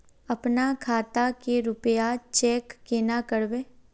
अपना खाता के रुपया चेक केना करबे?